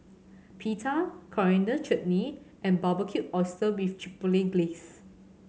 Pita Coriander Chutney and Barbecued Oyster Chipotle Glaze